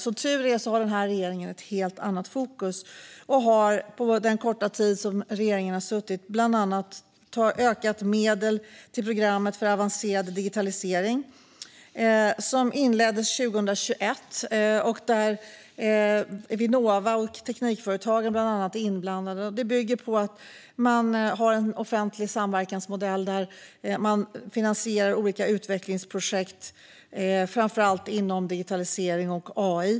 Som tur är har den här regeringen ett helt annat fokus, och regeringen har på den korta tid som regeringen har suttit bland annat ökat medlen till programmet Avancerad Digitalisering. Det inleddes 2021. Vinnova och Teknikföretagen är inblandade. Programmet bygger på en offentlig samverkansmodell där man finansierar olika utvecklingsprojekt framför allt inom digitalisering och AI.